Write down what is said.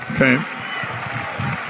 Okay